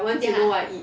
ya